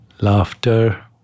laughter